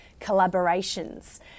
collaborations